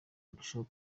arushaho